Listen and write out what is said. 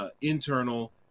internal